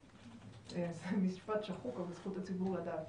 זה משפט שחוק, אבל זכות הציבור לדעת.